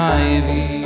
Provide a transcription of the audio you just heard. ivy